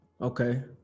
Okay